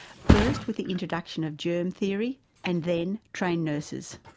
first with the introduction of germ theory and then, trained nurses.